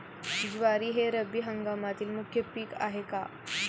ज्वारी हे रब्बी हंगामातील मुख्य पीक आहे का?